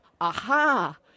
aha